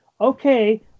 okay